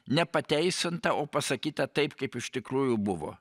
nepateisinta o pasakyta taip kaip iš tikrųjų buvo